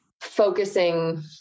focusing